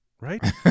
Right